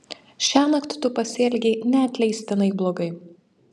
šiąnakt tu pasielgei neatleistinai blogai